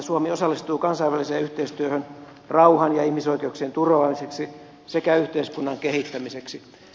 suomi osallistuu kansainväliseen yhteistyöhön rauhan ja ihmisoikeuksien turvaamiseksi sekä yhteiskunnan kehittämiseksi